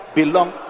belong